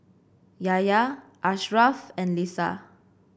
Yahya Ashraff and Lisa